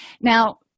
Now